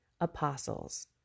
apostles